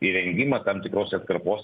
įrengimą tam tikros atkarpos